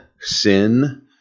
sin